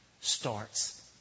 starts